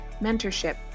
mentorship